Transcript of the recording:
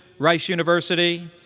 rice university.